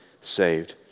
saved